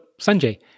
Sanjay